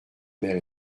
mère